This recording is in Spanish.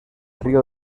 río